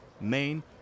Maine